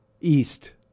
east